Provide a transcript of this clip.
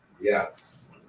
Yes